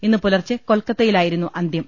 ഇന്ന് പുലർച്ചെ കൊൽക്കത്തയിലായി രുന്നു അന്ത്യം